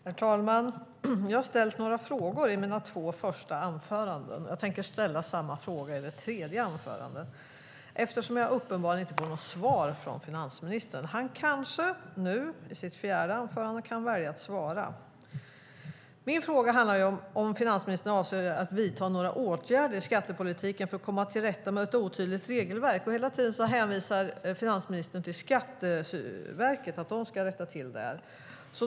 Herr talman! Jag ställde några frågor i mina två tidigare inlägg. Jag tänker ställa samma frågor i detta mitt tredje inlägg eftersom jag inte fått några svar från finansministern. Han kanske kan välja att svara i sitt fjärde inlägg. Min fråga var om finansministern avsåg att vidta några åtgärder i skattepolitiken för att komma till rätta med ett otydligt regelverk, men finansministern hänvisar hela tiden till att det är Skatteverket som ska rätta till det.